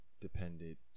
dependent